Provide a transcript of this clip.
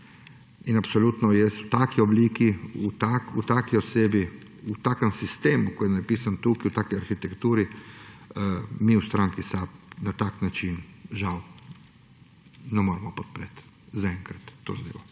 in absolutno jaz v taki obliki, v taki osebi, v takem sistemu, kot je napisan tukaj, v taki arhitekturi mi v stranki SAB na tak način žal ne moremo podpreti zaenkrat te zadeve.